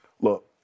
look